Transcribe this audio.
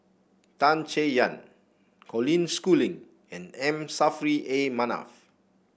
Tan Chay Yan Colin Schooling and M Saffri A Manaf